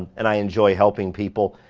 and i enjoy helping people.